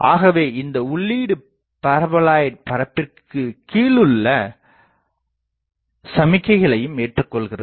ஆகவே இந்த உள்ளீடு பரபோலாய்ட் பரப்பிற்குக் கீழுள்ள சமிக்கைகளையும் ஏற்றுக்கொள்கிறது